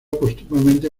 póstumamente